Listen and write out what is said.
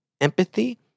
empathy